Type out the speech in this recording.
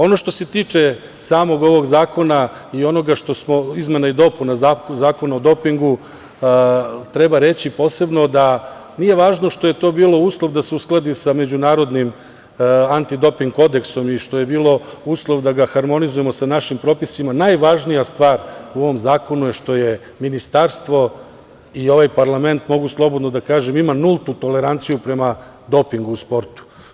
Ono što se tiče samog ovog zakona i izmena i dopuna Zakona o dopingu, treba reći posebno da nije važno što je to bilo uslov da se uskladi sa međunarodnim antidoping kodeksom i što je bilo uslov da ga harmonizujemo sa našim propisima, najvažnija stvar u ovom zakonu je što Ministarstvo i ovaj parlament, mogu slobodno da kažem, ima nultu toleranciju prema dopingu u sportu.